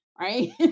right